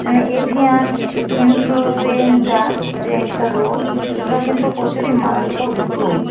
avian influenza যে একটা রোগ সেটাও কিন্তু প্রচুরই মারাত্মক রোগ